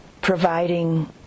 providing